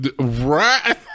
Right